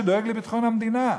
שדואג לביטחון המדינה.